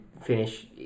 finish